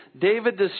David